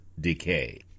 decay